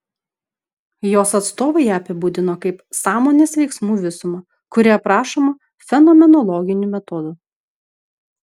jos atstovai ją apibūdino kaip sąmonės veiksmų visumą kuri aprašoma fenomenologiniu metodu